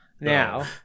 Now